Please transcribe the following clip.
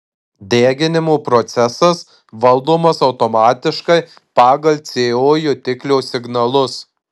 deginimo procesas valdomas automatiškai pagal co jutiklio signalus